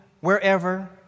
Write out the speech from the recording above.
wherever